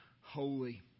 holy